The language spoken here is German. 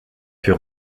für